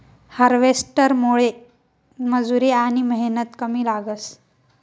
हार्वेस्टरमुये मजुरी आनी मेहनत कमी लागस